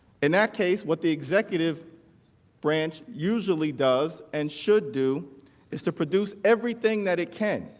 in that case with the executive branch usually does and should do is to produce everything that it can